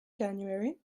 january